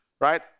Right